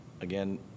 again